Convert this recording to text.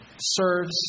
serves